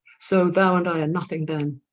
so thou and i are nothing then,